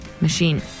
machine